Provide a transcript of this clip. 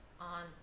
on